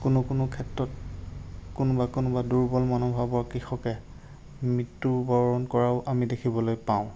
কোনো কোনো ক্ষেত্ৰত কোনোবা কোনোবা দুৰ্বল মনোভাৱৰ কৃষকে মৃত্যুবৰণ কৰাও আমি দেখিবলৈ পাওঁ